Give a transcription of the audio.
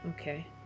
okay